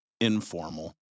informal